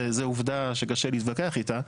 זה עובדה שקשה להתווכח איתה,